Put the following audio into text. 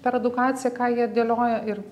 per edukaciją ką jie dėlioja ir